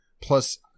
Plus